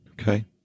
okay